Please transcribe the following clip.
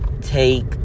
take